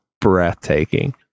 breathtaking